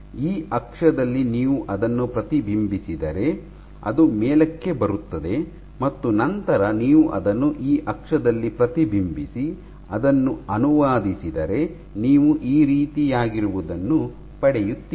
ಈ ಅಕ್ಷದಲ್ಲಿ ನೀವು ಅದನ್ನು ಪ್ರತಿಬಿಂಬಿಸಿದರೆ ಅದು ಮೇಲಕ್ಕೆ ಬರುತ್ತದೆ ಮತ್ತು ನಂತರ ನೀವು ಅದನ್ನು ಆ ಅಕ್ಷದಲ್ಲಿ ಪ್ರತಿಬಿಂಬಿಸಿ ಅದನ್ನು ಅನುವಾದಿಸಿದರೆ ನೀವು ಈ ರೀತಿಯಾಗಿರುವುದನ್ನು ಪಡೆಯುತ್ತೀರಿ